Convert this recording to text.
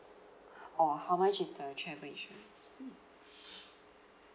or how much is the travel insurance mm